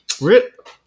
Rip